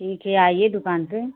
ठीक हे आइए दुकान पर